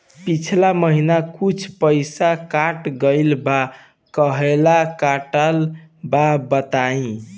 पिछला महीना कुछ पइसा कट गेल बा कहेला कटल बा बताईं?